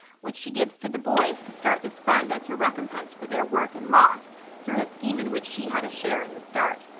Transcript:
which she gives to the boys to start this fund as her recompense for their work and loss through a scheme in which she had a share in the start.